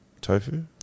Tofu